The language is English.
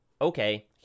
okay